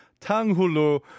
Tanghulu